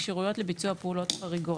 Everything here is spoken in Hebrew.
כשירויות לביצוע פעולות חריגות.